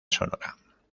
sonora